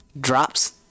Drops